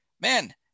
man